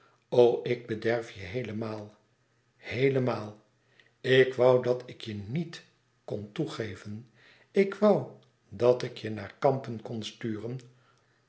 o ik bederf je heelemaal heelemaal ik woû dat ik je niet kn toegeven ik woû dat ik je naar kampen kon sturen